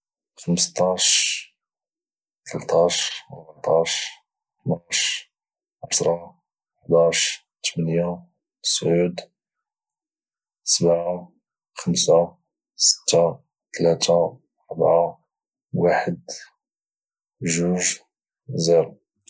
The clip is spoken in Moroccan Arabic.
15 13 14 12 10 11 8 7 5 3 6 4 1 2 0